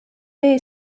vee